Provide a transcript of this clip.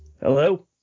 Hello